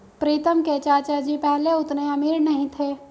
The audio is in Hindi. प्रीतम के चाचा जी पहले उतने अमीर नहीं थे